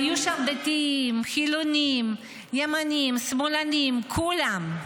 היו שם דתיים, חילוניים, ימניים, שמאלנים, כולם.